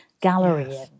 Gallery